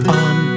on